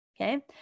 okay